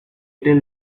tell